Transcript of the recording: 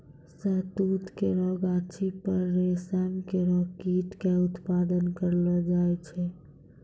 शहतूत केरो गाछी पर रेशम केरो कीट क उत्पादन करलो जाय छै